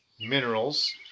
minerals